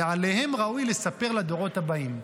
ועליהם ראוי לספר לדורות הבאים.